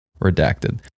Redacted